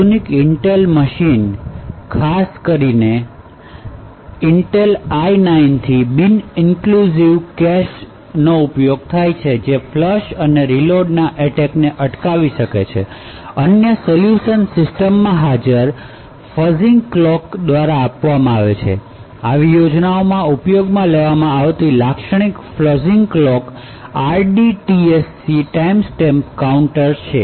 આધુનિક Intel machine ખાસ કરીને ઇન્ટેલ આઈ 9 થી બિન ઇનક્લુસિવ કેશ છે જે ફ્લશ અને રીલોડના એટેક ને અટકાવી શકે છે અન્ય સોલ્યુશન્સ સિસ્ટમ માં હાજર ફજિંગ ક્લોક દ્વારા આપવામાં છે આવી યોજનાઓમાં ઉપયોગમાં લેવામાં આવતી લાક્ષણિક fudging clock RDTSC timestamp counter છે